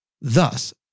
Thus